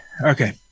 Okay